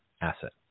Asset